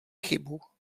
chybu